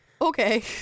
okay